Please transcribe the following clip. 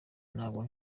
ntabwo